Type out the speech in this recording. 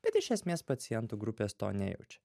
bet iš esmės pacientų grupės to nejaučia